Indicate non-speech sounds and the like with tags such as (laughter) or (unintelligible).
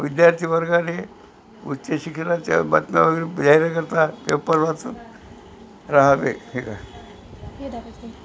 विद्यार्थी वर्गाने उच्च शिक्षणाच्या बातम्या वगैरे (unintelligible) पेपर वाचून राहावे हे काय हे दाबायचं आहे